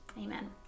Amen